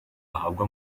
ahabwe